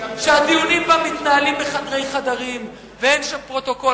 שהדיונים בה מתנהלים בחדרי חדרים ואין שם פרוטוקול.